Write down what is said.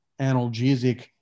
analgesic